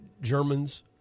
Germans